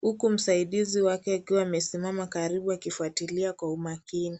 huku msaidizi wake akiwa amesimama karibu akifuatilia kwa umakini.